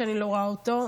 שאני לא רואה אותו,